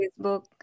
Facebook